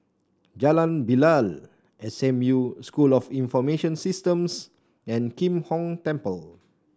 Jalan Bilal S M U School of Information Systems and Kim Hong Temple